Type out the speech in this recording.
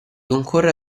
concorre